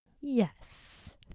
Yes